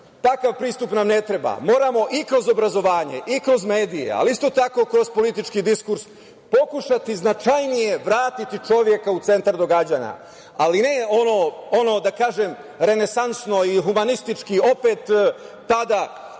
pristup nam ne treba. Moramo i kroz obrazovanje i kroz medije, ali isto tako kroz politički diskurs, pokušati značajnije vratiti čoveka u centar događanja, ali ne ono, da kažem, renesansno i humanistički, opet tada